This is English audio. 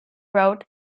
wrote